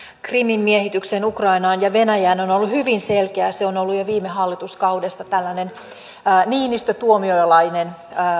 krimin miehitykseen ukrainaan ja venäjään on on ollut hyvin selkeä se on ollut jo viime hallituskaudesta tällainen niinistöläis tuomiojalainen